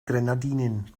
grenadinen